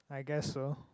I guess so